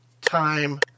time